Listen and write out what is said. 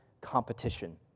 competition